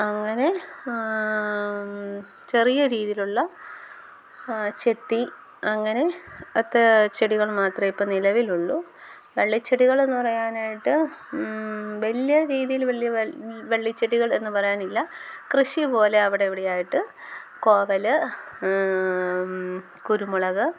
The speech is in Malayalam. അങ്ങനെ ചെറിയ രീതിയിലുള്ള ചെത്തി അങ്ങനെ അത്രയും ചെടികൾ മാത്രമൃ ഇപ്പോൾ നിലവിലുള്ളൂ വള്ളിച്ചെടികളെന്നു പറയാനായിട്ട് വലിയ രീതിയിൽ വലിയ വള്ളിച്ചെടികൾ എന്ന് പറയാനില്ല കൃഷി പോലെ അവിടെ ഇവിടെ ആയിട്ട് കോവൽ കുരുമുളക്